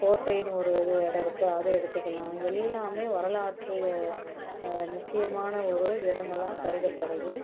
கோட்டைன்னு ஒரு இது இடம் இருக்குது அதை எடுத்துக்கலாம் எல்லாமே வரலாற்று முக்கியமான ஒரு இடங்களா கருதப்படுது